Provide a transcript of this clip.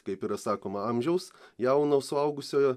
kaip yra sakoma amžiaus jauno suaugusiojo